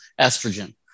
Estrogen